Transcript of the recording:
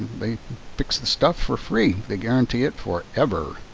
they fix the stuff for free. they guarantee it forever.